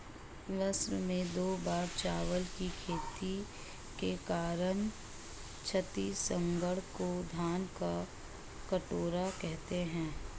वर्ष में दो बार चावल की खेती के कारण छत्तीसगढ़ को धान का कटोरा कहते हैं